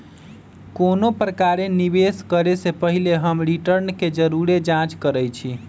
कोनो प्रकारे निवेश करे से पहिले हम रिटर्न के जरुरे जाँच करइछि